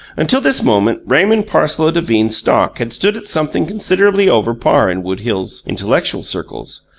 until this moment raymond parsloe devine's stock had stood at something considerably over par in wood hills intellectual circles,